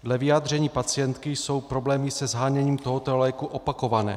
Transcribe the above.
Dle vyjádření pacientky jsou problémy se sháněním tohoto léku opakované.